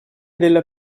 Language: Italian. della